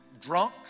drunk